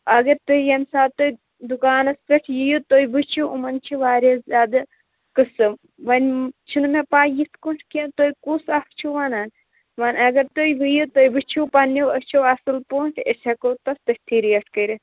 اگر تُہۍ ییٚمہِ ساتہٕ تُہۍ دُکانَس پٮ۪ٹھ یِیِو تُہۍ وٕچھِو یِمَن چھِ واریاہ زیادٕ قٕسٕم وۄنۍ چھِنہٕ مےٚ پَے یِتھ کٔٹھۍ کینٛہہ تُہۍ کُس اَکھ چھِو وَنان وۄنۍ اگر تُہۍ یِیِو تُہۍ وٕچھِو پَنٛنیو أچھو اَصٕل پٲٹھۍ أسۍ ہٮ۪کو تَتھ تٔتھی ریٹ کٔرِتھ